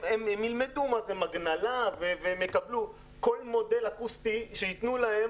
הם ילמדו והם יקבלו כל מודל אקוסטי שייתנו להם